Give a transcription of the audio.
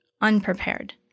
unprepared